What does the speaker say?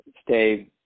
stay